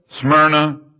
Smyrna